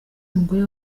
umugore